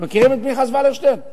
מכירים את פנחס ולרשטיין,